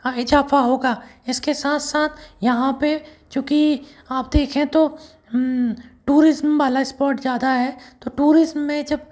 इज़ाफ़ा होगा इसके साथ साथ यहाँ पर चूँकि आप देखें तो टूरिज़्म वाला इस्पॉट ज़्यादा है तो टूरिज़्म में जब